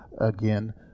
again